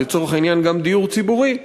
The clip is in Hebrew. ולצורך העניין גם דיור ציבורי,